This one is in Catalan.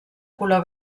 color